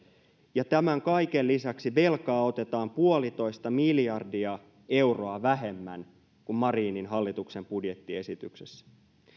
ja tämän kaiken lisäksi velkaa otetaan puolitoista miljadia euroa vähemmän kuin marinin hallituksen budjettiesityksessä